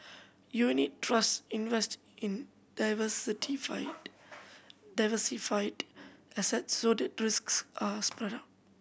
unit trusts invest in diversified assets so that risks are spread out